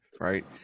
right